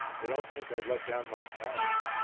they don't think i'd let down my pals?